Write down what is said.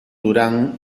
duran